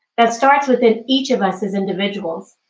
that starts within each of us as individuals,